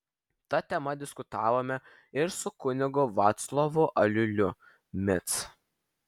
ta tema diskutavome ir su kunigu vaclovu aliuliu mic